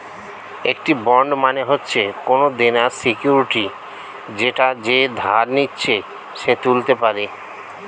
একটি বন্ড মানে হচ্ছে কোনো দেনার সিকিউরিটি যেটা যে ধার নিচ্ছে সে তুলতে পারে